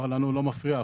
לנו לא מפריע.